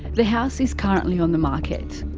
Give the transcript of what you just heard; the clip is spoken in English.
the house is currently on the market.